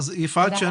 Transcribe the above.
יפעת,